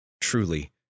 Truly